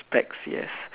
specs yes